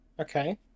Okay